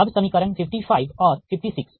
अब समीकरण 55 और 56 ठीक